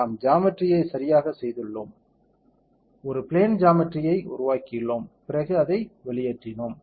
நாம் ஜாமெட்ரியை சரியாகச் செய்துள்ளோம் ஒரு பிளேன் ஜாமெட்ரியை உருவாக்கியுள்ளோம் பிறகு அதை வெளியேற்றினோம்